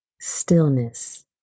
stillness